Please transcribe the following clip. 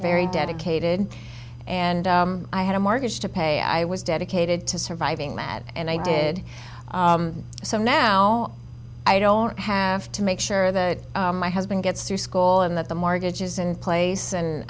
very dedicated and i had a mortgage to pay i was dedicated to surviving matt and i did so now i don't have to make sure that my husband gets through school and that the mortgages in place and